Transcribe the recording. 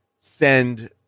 send